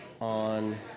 on